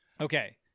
Okay